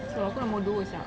oh aku nombor dua sia